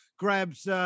grabs